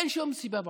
אין שום סיבה בעולם.